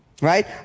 Right